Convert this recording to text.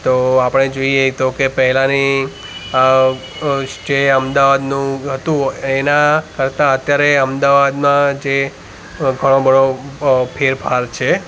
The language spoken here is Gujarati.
તો આપણે જોઈએ તો કહે પહેલાંની અ જે અમદાવાદનું હતું એના કરતાં અત્યારે અમદાવાદમાં જે ઘણો બધો ફેરફાર છે